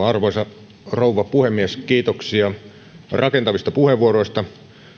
arvoisa rouva puhemies kiitoksia rakentavista puheenvuoroista